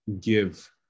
give